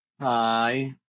Hi